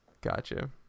Gotcha